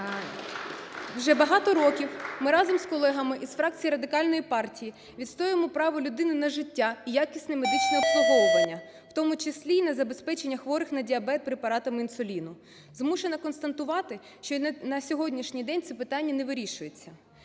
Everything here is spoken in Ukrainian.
Вже багато років ми разом із колегами з фракції Радикальної партії відстоюємо право людини на життя, якісне медичне обслуговування, в тому числі забезпечення хворих на діабет препаратами інсуліну. Змушена констатувати, що на сьогоднішній день це питання не вирішується.